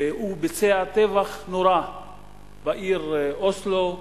הוא ביצע טבח נורא בעיר אוסלו,